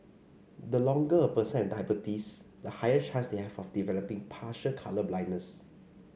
the longer a person has diabetes the higher chance they have of developing partial colour blindness